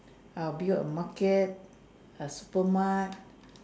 I'll build a market a super mart